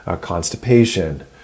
constipation